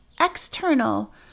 external